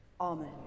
Amen